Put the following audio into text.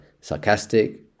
Sarcastic